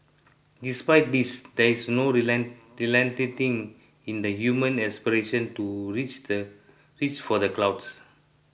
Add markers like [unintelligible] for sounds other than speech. despite this there is no [unintelligible] relenting in the human aspiration to reach the reach for the clouds